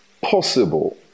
possible